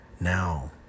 Now